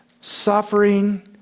suffering